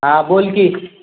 हां बोल की